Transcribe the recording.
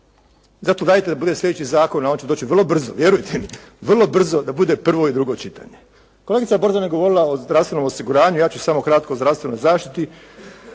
Zato dajte da bude sljedeći zakon, a on će doći vrlo brzo, vjerujte mi, vrlo brzo da bude prvo i drugo čitanje. Kolegica Gordana je govorila o zdravstvenom osiguranju. Ja ću samo kratko o zdravstvenoj zaštiti.